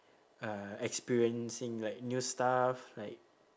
uh experiencing like new stuff like